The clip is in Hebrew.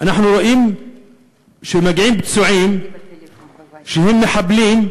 אנחנו רואים שמגיעים פצועים שהם מחבלים,